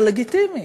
זה לגיטימי.